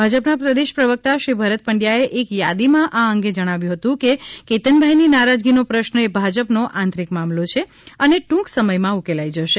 ભાજપના પ્રદેશ પ્રવક્તા શ્રી ભારત પંડ્યાએ એક યાદીમાં આ અંગે જણાવ્યું હતું કે કેતનભાઈની નારાજગીનો પ્રશ્ન એ ભાજપનો આંતરિક મામલો છે અને ટૂંક સમયમાં ઉકેલાઈ જશે